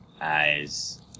Eyes